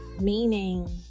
meaning